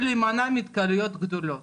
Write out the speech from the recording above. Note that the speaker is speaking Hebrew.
להימנע מהתקהלויות גדולות